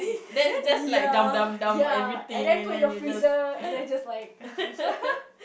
then ya ya and then put in the freezer and then just like